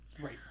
right